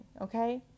okay